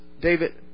David